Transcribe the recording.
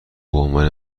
بعنوان